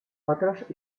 otros